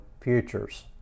futures